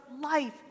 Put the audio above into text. life